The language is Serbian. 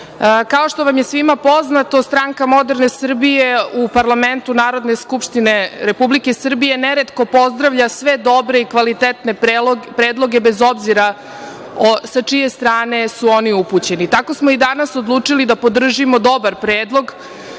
što vam je svima poznato, SMS u parlamentu Narodne skupštine Republike Srbije neretko pozdravlja sve dobre i kvalitetne predloge, bez obzira sa čije strane su oni upućeni. Tako smo i danas odlučili da podržimo dobar predlog,